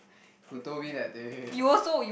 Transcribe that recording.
who told me that day